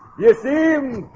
you see um